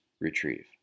retrieve